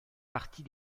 partie